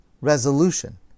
resolution